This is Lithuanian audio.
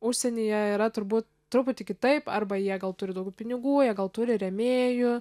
užsienyje yra turbūt truputį kitaip arba jie gal turi daugiau pinigų jie gal turi rėmėjų